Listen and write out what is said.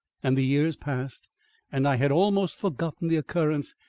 and the years passed and i had almost forgotten the occurrence,